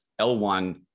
l1